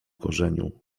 korzeniu